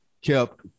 Kept